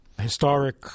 historic